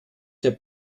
der